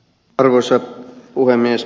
arvoisa puhemies